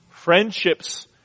Friendships